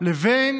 לבין